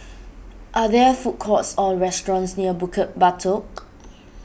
are there food courts or restaurants near Bukit Batok